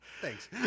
Thanks